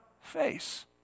face